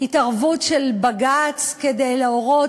התערבות של בג"ץ כדי להורות,